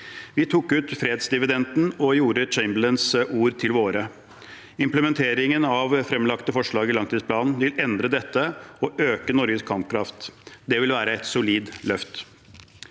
Vi tok ut fredsdividenden og gjorde Chamberlains ord til våre. Implementeringen av fremlagte forslag i langtidsplanen vil endre dette og øke Norges kampkraft. Det vil være et solid løft.